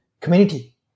community